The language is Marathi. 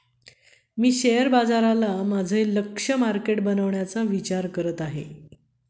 मी शेअर बाजाराला माझे लक्ष्य मार्केट बनवण्याचा विचार करत आहे